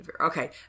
Okay